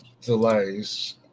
delays